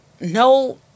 no